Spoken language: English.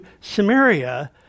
Samaria